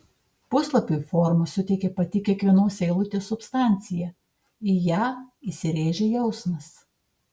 puslapiui formą suteikė pati kiekvienos eilutės substancija į ją įsirėžė jausmas